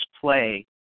play